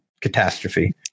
catastrophe